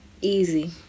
easy